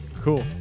Cool